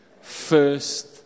first